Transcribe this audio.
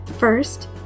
First